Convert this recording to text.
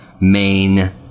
main